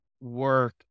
work